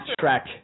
track